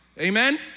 amen